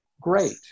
great